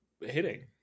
hitting